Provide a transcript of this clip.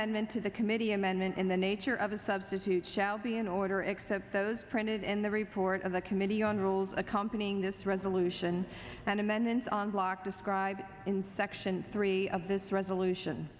amendment to the committee amendment in the nature of a substitute shall be in order except those printed in the report of the committee on rules accompanying this resolution and amendments on block described in section three of this resolution